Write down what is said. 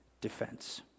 defense